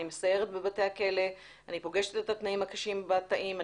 אני מסיירת בבתי הכלא ואני פוגשת את התנאים הקשים בתאים.